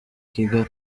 kigali